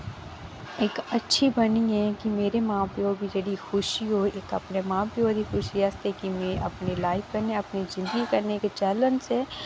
इक अच्छी बनियै कि मेरे मां प्यो ही जेह्ड़ी खुशी होग इक अपने मां प्यो दी खुशी आस्तै कि मैं अपनी लाइफ कन्नै अपनी जिंदगी कन्नै इक चैलेंज ऐ